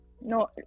no